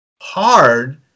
hard